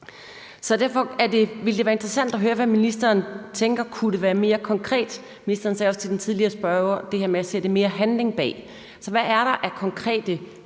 ville det være interessant at høre, hvad ministeren tænker, og om det kunne være mere konkret. Ministeren sagde til den tidligere spørger også det her med at sætte mere handling bag ordene. Så hvad er der af konkrete